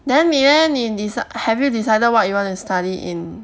then 你 leh 你你 have you decided what you want to study in